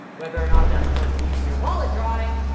whether or not that's worth bleeding your wallet dry,